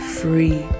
free